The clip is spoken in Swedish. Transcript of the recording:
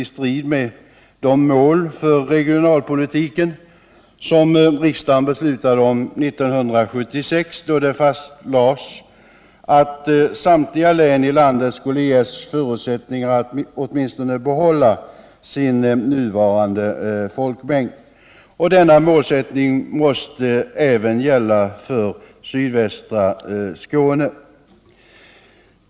i strid med de mål för regionalpolitiken som riksdagen beslutade om 1976, då det fastlades att samtliga län i landet skulle ges förutsättningar att åtminstone behålla sin nuvarande folkmängd. Denna målsättning måste även gälla för sydvästra Skåne.